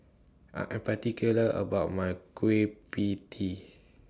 I Am particular about My Kueh PIE Tee